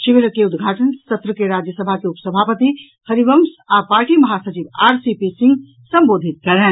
शिविर के उद्घाटन सत्र के राज्यसभा के उपसभापति हरिवंश आ पार्टी महासचिव आर सी पी सिंह संबोधित कयलनि